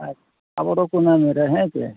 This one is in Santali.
ᱟᱪᱪᱷᱟ ᱟᱵᱚ ᱫᱚ ᱠᱩᱱᱟᱹᱢᱤ ᱨᱮ ᱦᱮᱸ ᱥᱮ